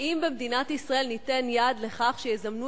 האם במדינת ישראל ניתן יד לכך שיזמנו